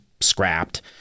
scrapped